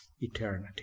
eternity